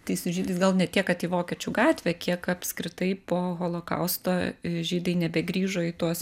tai su žydais gal ne tiek kad į vokiečių gatvę kiek apskritai po holokausto žydai nebegrįžo į tuos